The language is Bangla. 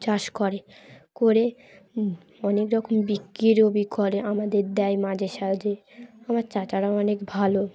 চাষ করে করে অনেক রকম বিক্রি ও করে আমাদের দেয় মাঝে সাঝে আমার চাচারাও অনেক ভালো